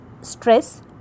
stress